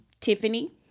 Tiffany